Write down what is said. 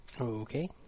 Okay